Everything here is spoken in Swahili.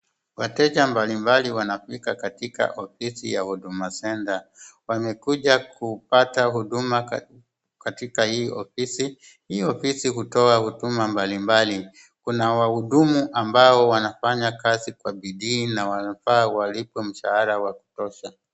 Wateja mbalimbali wanafika katika ofisi ya Huduma Centre, wamekuja kupata huduma katika hii ofisi. Hii ofisi hutoa huduma mbalimbali. Kuna wahudumu ambao wanafanya kazi kwa bidii na wanafaa walipwe mshahara wa kutosha.